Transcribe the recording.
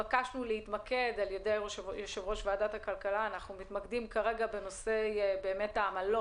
אבל פה התבקשנו על ידי יושב-ראש ועדת הכלכלה להתמקד בנושא העמלות